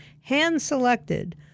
hand-selected